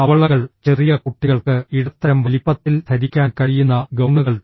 തവളകൾ ചെറിയ കുട്ടികൾക്ക് ഇടത്തരം വലിപ്പത്തിൽ ധരിക്കാൻ കഴിയുന്ന ഗൌണുകൾ